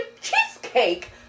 cheesecake